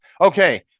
Okay